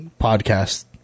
podcast